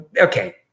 okay